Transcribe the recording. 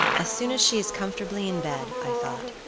as soon as she is comfortably in bed, i thought,